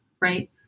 Right